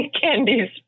candies